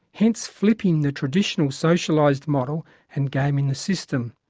hence flipping the traditional socialised model and gaming the system.